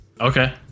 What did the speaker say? okay